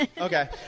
okay